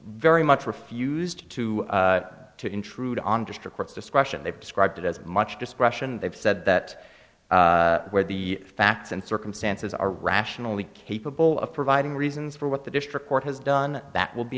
very much refused to to intrude on district courts discretion they described it as much discretion and they've said that where the facts and circumstances are rationally capable of providing reasons for what the district court has done that will be